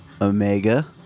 Omega